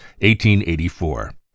1884